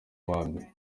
bandi